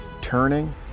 turning